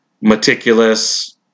meticulous